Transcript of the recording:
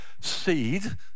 seed